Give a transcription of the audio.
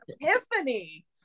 epiphany